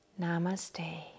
Namaste